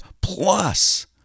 plus